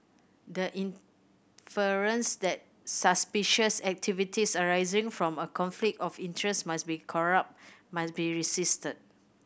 the inference that suspicious activities arising from a conflict of interest must be corrupt must be resisted